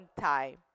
time